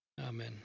Amen